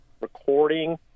recording